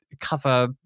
cover